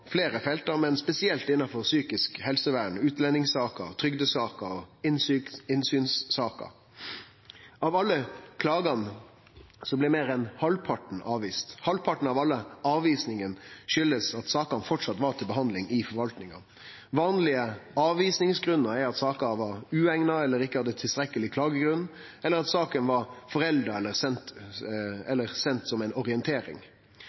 fleire felt, men spesielt innanfor psykisk helsevern, utlendingssaker, trygdesaker og innsynssaker. Av alle klagane blei meir enn halvparten avviste. Halvparten av alle avvisingane kom av at sakene framleis var til behandling i forvaltninga. Vanlege avvisingsgrunnar var at saka var ueigna eller ikkje hadde tilstrekkeleg klagegrunn, eller at saka var forelda eller send som ei orientering.